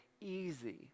easy